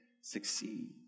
succeed